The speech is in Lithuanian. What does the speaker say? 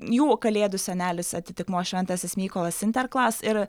jų kalėdų senelis atitikmuo šventasis mykolas sinterklas ir